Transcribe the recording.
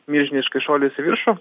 milžiniškais šuoliais į viršų